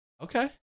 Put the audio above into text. Okay